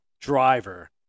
Driver